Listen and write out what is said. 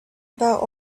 about